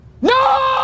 No